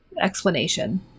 explanation